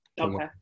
Okay